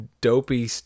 dopey